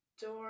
Door